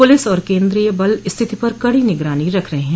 police और केन्द्रीय बल स्थिति पर कड़ी निगरानी रख रहे हैं